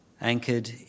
anchored